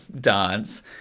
dance